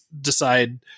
decide